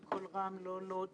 אני מרוגשת מאוד.